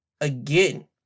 again